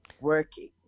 working